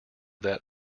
that